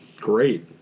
great